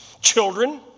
Children